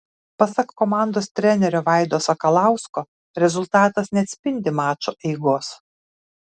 pasak komandos trenerio vaido sakalausko rezultatas neatspindi mačo eigos